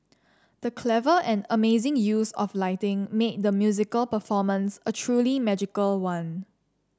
the clever and amazing use of lighting made the musical performance a truly magical one